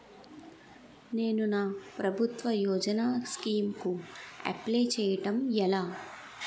నేను నా ప్రభుత్వ యోజన స్కీం కు అప్లై చేయడం ఎలా?